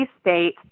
state